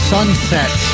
Sunset